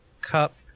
cup